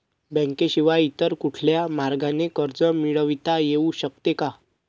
बँकेशिवाय इतर कुठल्या मार्गाने कर्ज मिळविता येऊ शकते का?